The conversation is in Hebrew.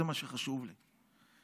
זה מה שחשוב לי.